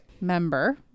member